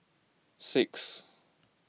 six